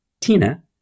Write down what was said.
Tina